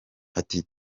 ati